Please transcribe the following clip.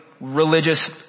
religious